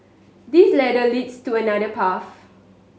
this ladder leads to another path